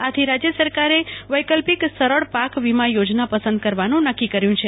આથી રાજ્ય સરકારે વૈકલ્પિક સરળ પાક વીમા યોજના પસંદ કરવાનું નક્કી કર્યું છે